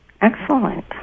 Excellent